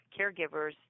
caregivers